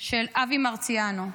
של אבי מרציאנו,